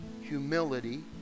humility